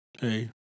Hey